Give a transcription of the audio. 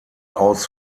aus